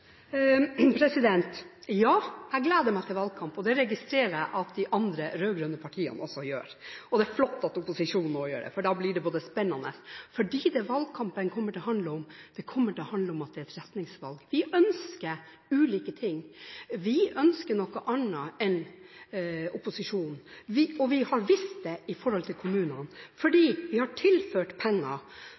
Ja, jeg gleder meg til valgkamp, og det registrerer jeg at de andre rød-grønne partiene også gjør. Og det er flott at også opposisjonen gjør det, for da blir det spennende. Det valgkampen kommer til å handle om, er at det blir et retningsvalg. Vi ønsker ulike ting. Vi ønsker noe annet enn opposisjonen, og det har vi vist når det gjelder kommunene. Vi har tilført penger,